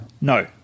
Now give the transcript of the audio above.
No